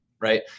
right